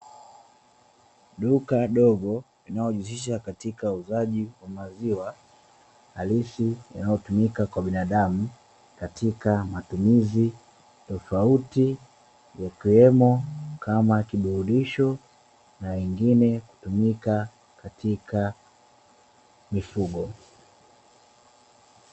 Duka dogo linalojihusisha katika uuzaji wa maziwa halisi yanayotumika kwa binadamu katika matumizi tofauti, ikiwemo kama kiburudisho na wengine hutumika katika mifugo.